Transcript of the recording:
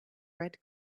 red